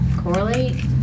correlate